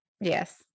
yes